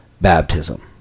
baptism